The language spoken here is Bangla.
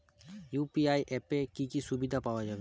ইউ.পি.আই অ্যাপে কি কি সুবিধা পাওয়া যাবে?